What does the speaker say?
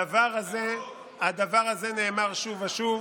הדבר הזה נאמר שוב ושוב.